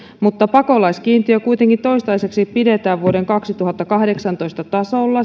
mutta pakolaiskiintiö kuitenkin toistaiseksi pidetään vuoden kaksituhattakahdeksantoista tasolla